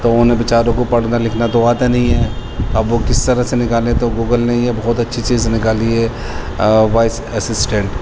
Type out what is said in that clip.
تو ان بےچاروں کو پڑھنا لکھنا تو آتا نہیں ہے اب وہ کس طرح سے نکالیں تو گوگل نے یہ بہت اچھی چیز نکالی ہے وائس اسسٹنٹ